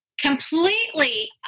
completely